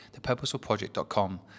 thepurposefulproject.com